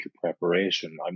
preparation